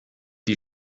die